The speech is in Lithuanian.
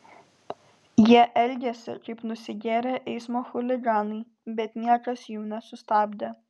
jie elgėsi kaip nusigėrę eismo chuliganai bet niekas jų nesustabdė